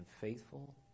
faithful